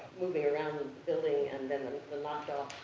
moving around the building, and and the knocked-off